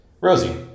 Rosie